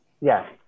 Yes